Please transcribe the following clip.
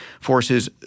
forces